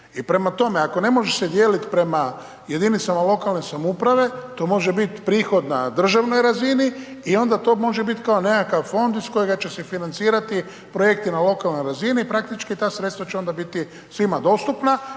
Prema tome, ako ne možeš se dijeliti prema jedinicama lokalne samouprave, to može biti prihod na državnoj razini i onda to može biti kao nekakav fond iz kojega će se financirati projekti na lokalnoj razini, praktički, ta sredstva će ona biti svima dostupna,